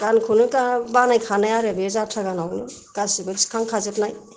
गानखौनो दा बानाय खानाय आरो बियो जाथ्रा गानावनो गासिबो थिखां खाजोबनाय